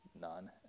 none